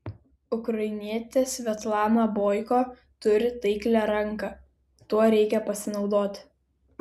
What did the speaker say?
ukrainietė svetlana boiko turi taiklią ranką tuo reikia pasinaudoti